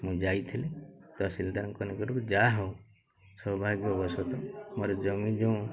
ମୁଁ ଯାଇଥିଲି ତହସିଲଦାରଙ୍କ ନିକଟକୁ ଯାହା ହେଉ ସବୁ ଅବଶତ ମୋର ଜମି ଯେଉଁ